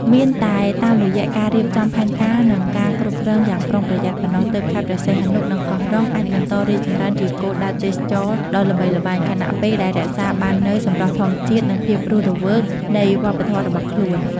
មានតែតាមរយៈការរៀបចំផែនការ និងការគ្រប់គ្រងយ៉ាងប្រុងប្រយ័ត្នប៉ុណ្ណោះ ទើបខេត្តព្រះសីហនុ និងកោះរ៉ុងអាចបន្តរីកចម្រើនជាគោលដៅទេសចរណ៍ដ៏ល្បីល្បាញ ខណៈពេលដែលរក្សាបាននូវសម្រស់ធម្មជាតិ និងភាពរស់រវើកនៃវប្បធម៌របស់ខ្លួន។